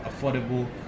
affordable